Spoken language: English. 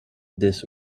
this